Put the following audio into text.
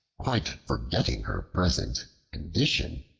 quite forgetting her present condition,